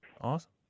Awesome